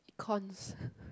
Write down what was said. Econs